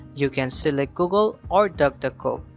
you can select google or duckduckgo